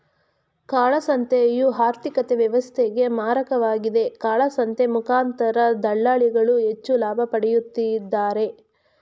ಕಾಳಸಂತೆಯು ಆರ್ಥಿಕತೆ ವ್ಯವಸ್ಥೆಗೆ ಮಾರಕವಾಗಿದೆ, ಕಾಳಸಂತೆ ಮುಖಾಂತರ ದಳ್ಳಾಳಿಗಳು ಹೆಚ್ಚು ಲಾಭ ಪಡೆಯುತ್ತಿದ್ದಾರೆ